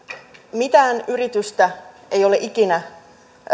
mitään yritystä ei ole ikinä